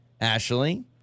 Ashley